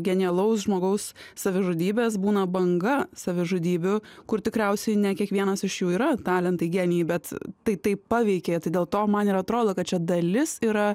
genialaus žmogaus savižudybės būna banga savižudybių kur tikriausiai ne kiekvienas iš jų yra talentai genijai bet tai taip paveikė tai dėl to man ir atrodo kad čia dalis yra